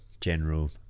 general